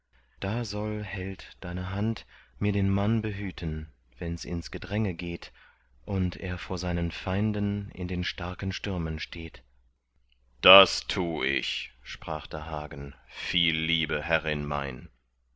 da soll held deine hand mir den mann behüten wenns ins gedränge geht und er vor seinen feinden in den starken stürmen steht das tu ich sprach da hagen viel liebe herrin mein